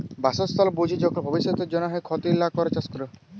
বাসস্থাল বুঝে যখল ভব্যিষতের জন্হে ক্ষতি লা ক্যরে চাস ক্যরা